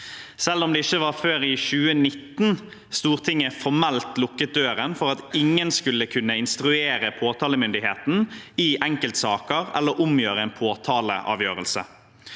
selv om det ikke var før i 2019 Stortinget formelt lukket døren for at ingen skulle kunne instruere påtalemyndigheten i enkeltsaker eller omgjøre en påtaleavgjørelse.